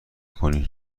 کنین